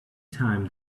time